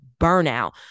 burnout